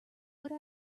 would